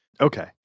Okay